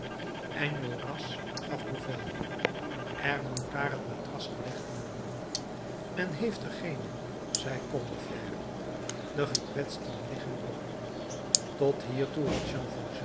enjolras gaf bevel er moet daar een matras gelegd worden men heeft er geene zei combeferre de gekwetsten liggen er op tot hiertoe had